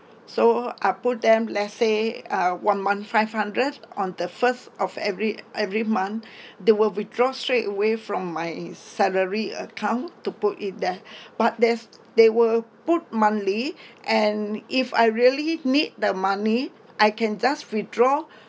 so I put them let's say ah one month five hundred on the first of every every month they will withdraw straight away from my salary account to put it there but there's they will put monthly and if I really need the money I can just withdraw